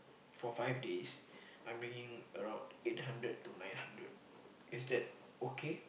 for five days I'm bringing around eight hundred to nine hundred is that okay